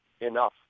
enough